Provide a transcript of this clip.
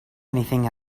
anything